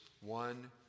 one